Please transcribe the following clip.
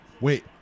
wait